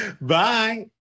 Bye